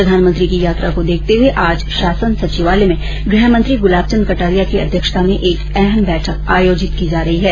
प्रधानमंत्री की यात्रा को देखते हए आज शासन सचिवालय में गृह मंत्री गुलाबचन्द कटारिया की अध्यक्षता में एक अहम बैठक आयोजित की जा रही है